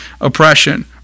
oppression